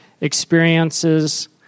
experiences